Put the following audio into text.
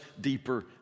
deeper